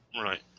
Right